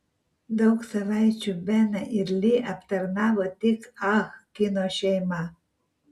daug savaičių beną ir li aptarnavo tik ah kino šeima